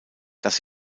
dass